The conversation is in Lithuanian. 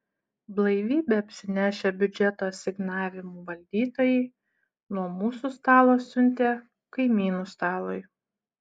blaivybe apsinešę biudžeto asignavimų valdytojai nuo mūsų stalo siuntė kaimynų stalui